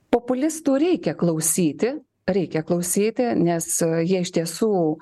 populistų reikia klausyti reikia klausyti nes jie iš tiesų